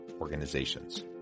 Organizations